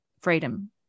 freedom